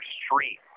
street